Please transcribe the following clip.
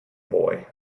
boy